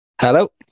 Hello